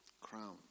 Crown